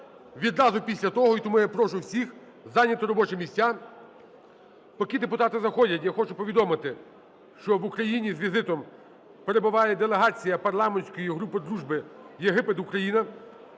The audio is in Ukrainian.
відразу після того. І тому я прошу всіх зайняти робочі місця. Поки депутати заходять, я хочу повідомити, що в Україні з візитом перебуває делегація парламентської групи дружби "Єгипет - Україна"